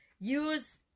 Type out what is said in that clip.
use